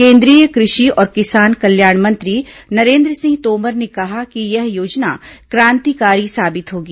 केंद्रीय कृषि और किसान कल्याण मंत्री नरेन्द्र सिंह तोमर ने कहा कि यह योजना क्रांतिकारी साबित होगी